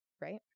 Right